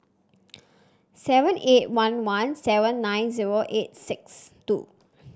seven eight one one seven nine zero eight six two